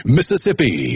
Mississippi